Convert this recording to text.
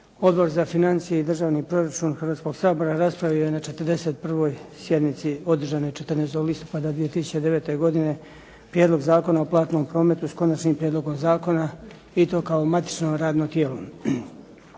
Odbor za financije i državni proračun Hrvatskoga sabora raspravio je na 41. sjednici održanoj 14. listopada 2009. godine Prijedlog zakona o platnom prometu, s konačnim prijedlogom zakona i to kao matično radno tijelo.